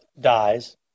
dies